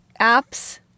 apps